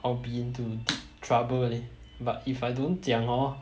I'll be into deep trouble leh but if I don't 讲 hor